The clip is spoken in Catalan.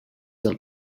del